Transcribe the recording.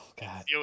God